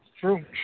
True